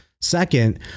Second